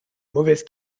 mauvaise